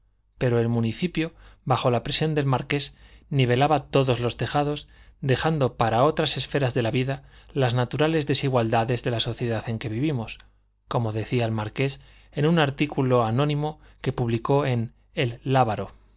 pero el municipio bajo la presión del marqués nivelaba todos los tejados dejando para otras esferas de la vida las naturales desigualdades de la sociedad en que vivimos como decía el marqués en un artículo anónimo que publicó en el lábaro